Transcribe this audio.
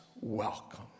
welcome